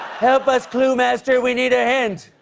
help us, clue master. we need a hint.